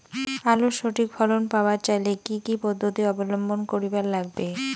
আলুর সঠিক ফলন পাবার চাইলে কি কি পদ্ধতি অবলম্বন করিবার লাগবে?